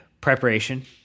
preparation